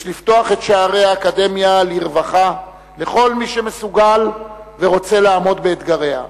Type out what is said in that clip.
יש לפתוח את שערי האקדמיה לרווחה לכל מי שמסוגל ורוצה לעמוד באתגריה.